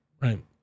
right